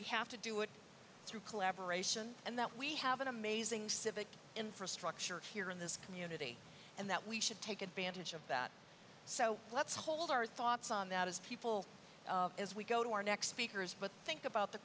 we have to do it through collaboration and that we have an amazing civic infrastructure here in this community and that we should take advantage of that so let's hold our thoughts on that as people as we go to our next speakers but think about the